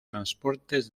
transportes